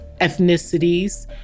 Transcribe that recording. ethnicities